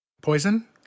poison